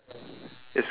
ya it's